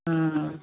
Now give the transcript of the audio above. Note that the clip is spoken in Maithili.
हँ